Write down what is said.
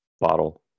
bottle